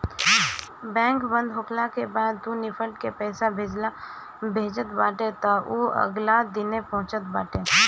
bank बंद होखला के बाद तू निफ्ट से पईसा भेजत बाटअ तअ उ अगिला दिने पहुँचत बाटे